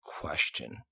question